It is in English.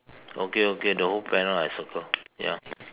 okay okay the whole panel I circle ya